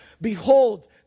behold